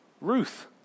Ruth